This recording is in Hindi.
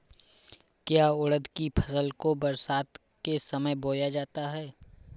क्या उड़द की फसल को बरसात के समय बोया जाता है?